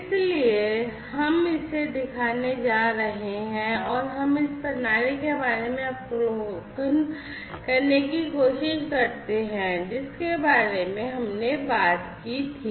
इसलिए हम इसे दिखाने जा रहे हैं और हम इस प्रणाली के बारे में अवलोकन करने की कोशिश करते हैं जिसके बारे में हमने बात की थी